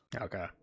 Okay